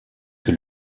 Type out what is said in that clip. que